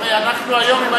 הרי אנחנו היום,